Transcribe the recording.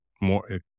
more